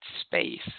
space